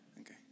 Okay